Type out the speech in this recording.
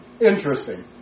Interesting